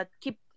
keep